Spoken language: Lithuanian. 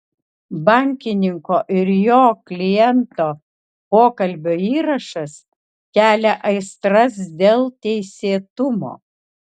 bankininko ir jo kliento pokalbio įrašas kelia aistras dėl teisėtumo